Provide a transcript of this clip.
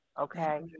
Okay